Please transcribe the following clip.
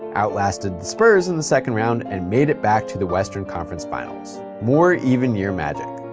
outlasted the spurs in the second round, and made it back to the western conference finals. more even year magic.